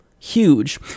huge